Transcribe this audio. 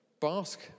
Bask